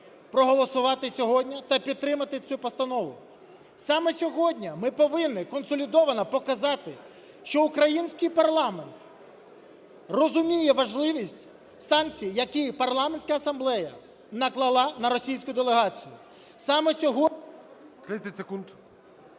проголосувати сьогодні та підтримати цю постанову. Саме сьогодні ми повинні консолідовано показати, що український парламент розуміє важливість санкцій, які Парламентська асамблея наклала на російську делегацію,